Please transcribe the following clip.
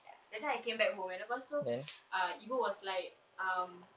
that time I came back home then lepas tu ah ibu was like um